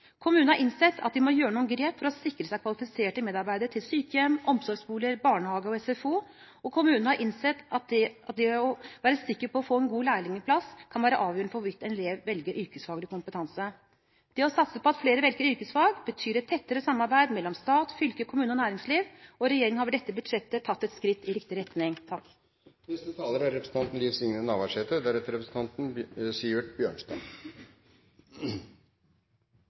Kommunene har valgt å følge KS’ anbefaling om å ha én lærlingplass per 1 000 innbyggere og blir med dette blant landets fremste lærlingkommuner. Målet er at flere elever da vil velge helse- og oppvekstfag. Kommunen har innsett at den må gjøre noen grep for å sikre seg kvalifiserte medarbeidere til sykehjem, omsorgsboliger, barnehager og SFO, og kommunen har innsett at det å være sikker på å få en god lærlingplass kan være avgjørende for om en elev velger yrkesfaglig kompetanse. Det å satse på at flere velger yrkesfag, betyr et tettere samarbeid mellom stat, fylke, kommune og næringsliv, og regjeringen har